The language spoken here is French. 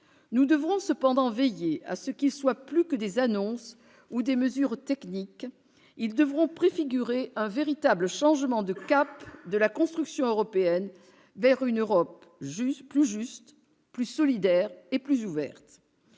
Nous devrons cependant veiller à ce qu'ils soient plus que des annonces ou des mesures techniques. Ils devront préfigurer un véritable changement de cap de la construction européenne vers une Europe plus juste, plus solidaire et plus ouverte.